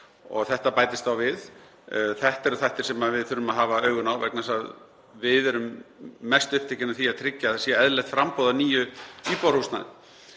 og þetta bætist þá við. Þetta eru þættir sem við þurfum að hafa augun á vegna þess að við erum mest upptekin af því að tryggja að það sé eðlilegt framboð á nýju íbúðarhúsnæði.